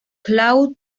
claude